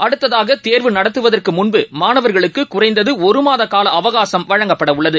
அடுத்ததாகதேர்வு நடத்துவதற்குமுன்பு மாணவர்களுக்குகுறைந்ததுஒருமாதகாலஅவகாசம் வழங்கப்படவுள்ளது